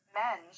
men